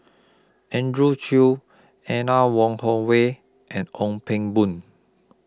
Andrew Chew Anne Wong Holloway and Ong Pang Boon